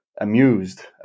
amused